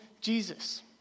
Jesus